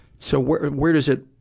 so where, where does it,